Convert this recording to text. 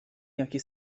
jakie